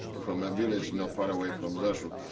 from a village not far away from rzeszow,